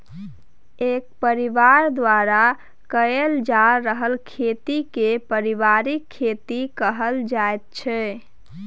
एक परिबार द्वारा कएल जा रहल खेती केँ परिबारिक खेती कहल जाइत छै